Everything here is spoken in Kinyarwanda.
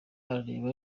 arareba